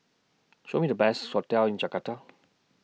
Show Me The Best hotels in Jakarta